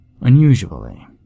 Unusually